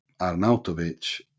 Arnautovic